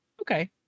okay